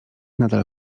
nadal